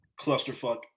clusterfuck